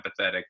empathetic